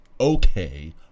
Okay